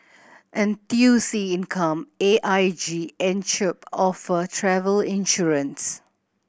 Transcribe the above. N T U C Income A I G and Chubb offer travel insurance